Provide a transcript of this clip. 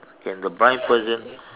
can the blind person